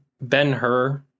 Ben-Hur